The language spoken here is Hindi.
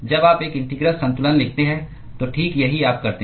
जब आप एक इंटीग्रल संतुलन लिखते हैं तो ठीक यही आप करते हैं